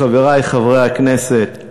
חברי חברי הכנסת,